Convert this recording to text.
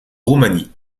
roumanie